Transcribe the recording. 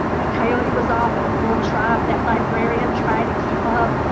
and coyote was off at a full trot. that librarian tried to keep up.